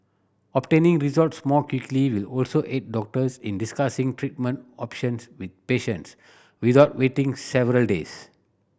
obtaining results more quickly will also aid doctors in discussing treatment options with patients without waiting several days